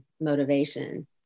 motivation